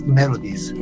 melodies